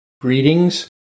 greetings